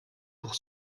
pour